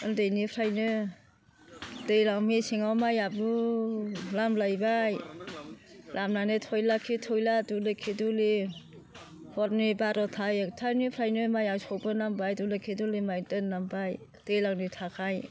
उन्दैनिफ्रायनो दैज्लांआव मेसेंआव माइआ बु लामलायबाय लामनानै थयलाखि थयला दुलिखि दुलि हरनि बार'था एकथानिफ्रायनो माइआ सौबोनांबाय दुलिखि दुलि माइ दोननांबाय दैज्लांनि थाखाय